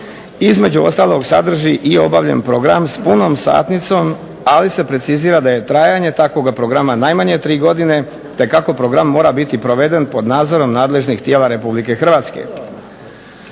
između ostalog sadrži i obavljen program s punom satnicom, ali se precizira da je trajanje takvoga programa najmanje tri godine. Dakako program mora biti proveden pod nadzorom nadležnih tijela Republike Hrvatske.